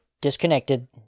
disconnected